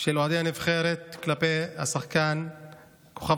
של אוהדי הנבחרת כלפי השחקן כוכב